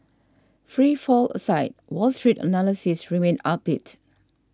free fall aside Wall Street analysts remain upbeat